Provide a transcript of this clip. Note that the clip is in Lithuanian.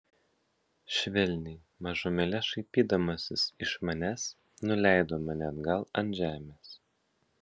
švelniai mažumėlę šaipydamasis iš manęs nuleido mane atgal ant žemės